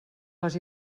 les